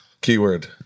Keyword